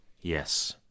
Yes